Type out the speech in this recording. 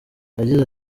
yagize